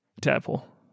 tadpole